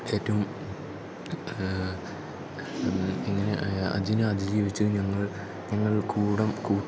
ഏറ്റവും അതിനെ അതിജീവിച്ച് ഞങ്ങൾ ഞങ്ങൾ